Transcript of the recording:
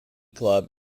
club